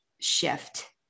shift